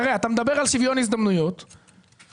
אתה מדבר על שוויון הזדמנויות -- סמוטריץ',